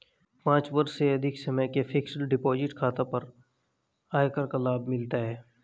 पाँच वर्ष से अधिक समय के फ़िक्स्ड डिपॉज़िट खाता पर आयकर का लाभ मिलता है